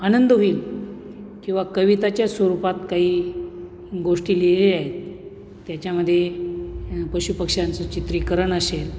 आनंद होईल किंवा कविताच्या स्वरूपात काही गोष्टी लिहिलेल्या आहेत त्याच्यामध्ये पशुपक्ष्यांचं चित्रीकरण असेल